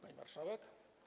Pani Marszałek!